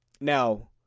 Now